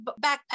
backpack